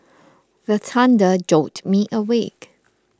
the thunder jolt me awake